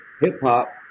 Hip-hop